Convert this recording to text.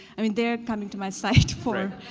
i mean they're coming to my site for